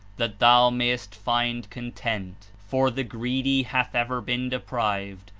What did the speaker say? that thou mayest find content, for the greed hath ever been deprived,